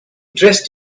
dressed